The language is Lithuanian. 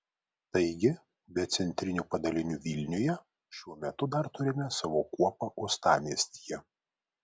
taigi be centrinių padalinių vilniuje šiuo metu dar turime savo kuopą uostamiestyje